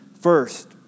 First